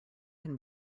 can